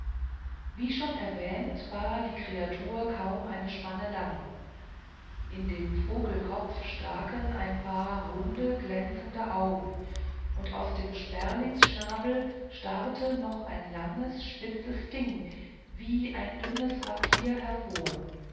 wie schon erwähnt war die kreatur kaum eine spanne lang in dem vogelkopf staken ein paar runde glänzende augen und aus dem sperlingsschnabel starrte noch ein langes spitzes ding wie ein dünnes rapier hervor